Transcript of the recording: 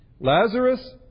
Lazarus